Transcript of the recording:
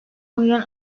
milyon